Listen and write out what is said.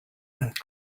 and